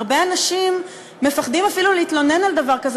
הרבה אנשים מפחדים אפילו להתלונן על דבר כזה